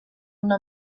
una